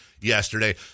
yesterday